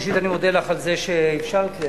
ראשית אני מודה לך על זה שאפשרת לי.